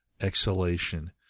exhalation